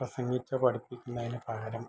പ്രസംഗിച്ചോ പഠിപ്പിക്കുന്നതിന് പകരം